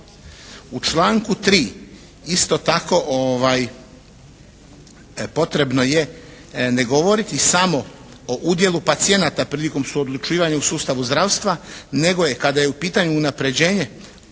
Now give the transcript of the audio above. U članku 3. isto tako potrebno je ne govoriti samo o udjelu pacijenata prilikom odlučivanja o sustavu zdravstva, nego je kada je u pitanju unapređenje